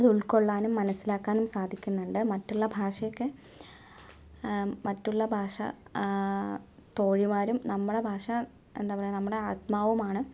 അതുൾക്കൊള്ളാനും മനസ്സിലാക്കാനും സാധിക്കുന്നുണ്ട് മറ്റുള്ള ഭാഷയൊക്കെ മറ്റുള്ള ഭാഷ തോഴിമാരും നമ്മുടെ ഭാഷ എന്താ പറയുക നമ്മുടെ ആത്മാവുമാണ്